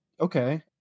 Okay